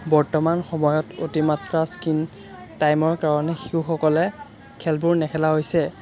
বৰ্তমান সময়ত অতিমাত্ৰা স্ক্ৰীণ টাইমৰ কাৰণে শিশুসকলে খেলবোৰ নেখেলা হৈছে